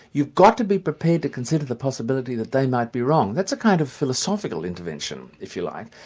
you've got to be prepared to consider the possibility that they might be wrong. that's a kind of philosophical intervention, if you like.